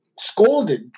scolded